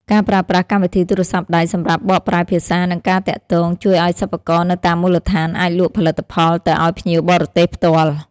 ការប្រើប្រាស់កម្មវិធីទូរស័ព្ទដៃសម្រាប់បកប្រែភាសា និងការទាក់ទង ជួយឱ្យសិប្បករនៅតាមមូលដ្ឋានអាចលក់ផលិតផលទៅឱ្យភ្ញៀវបរទេសផ្ទាល់។